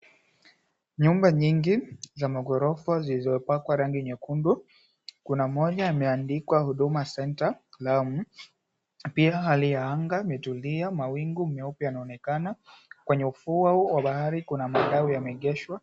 Nyumba nyingi za magorofa zilizopakwa rangi nyekundu, kuna moja imeandikwa, "Huduma Centre, Lamu". Pia hali ya anga imetulia, mawingu meupe yanaonekana. Kwenye ufuo wa bahari kuna madau yameegeshwa.